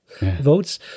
votes